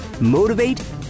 Motivate